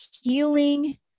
Healing